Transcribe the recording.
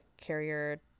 carrier